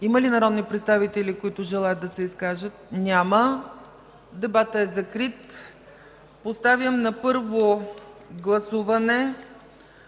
Има ли народни представители, които желаят да се изкажат? Няма. Дебатът е закрит. Поставям на първо гласуване